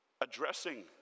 addressing